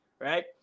Right